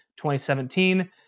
2017